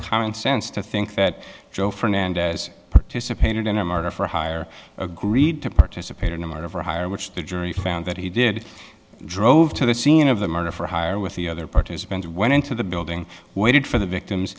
common sense to think that joe fernandez participated in a murder for hire agreed to participate in a murder for hire which the jury found that he did drove to the scene of the murder for hire with the other participants went into the building waited for the victims